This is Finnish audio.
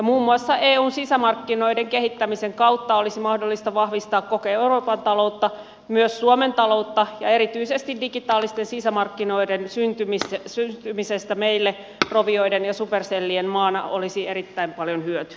muun muassa eun sisämarkkinoiden kehittämisen kautta olisi mahdollista vahvistaa koko euroopan taloutta myös suomen taloutta ja erityisesti digitaalisten sisämarkkinoiden syntymisestä meille rovioiden ja supercellien maana olisi erittäin paljon hyötyä